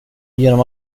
genom